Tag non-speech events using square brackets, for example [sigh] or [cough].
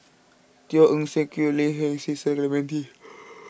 Teo Eng Seng Quek Ling [unintelligible] Cecil Clementi